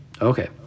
Okay